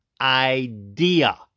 idea